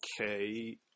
Okay